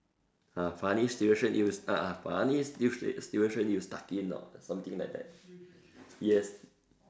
ah funny situation you s~ a'ah funny situation situation you stuck in or something like that yes